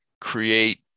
create